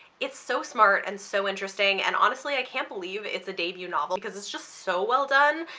it's so smart and so interesting and honestly i can't believe it's a debut novel because it's just so well done.